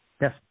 Yes